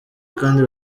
kandi